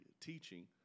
teaching